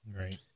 Right